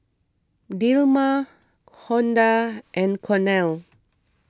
Dilmah Honda and Cornell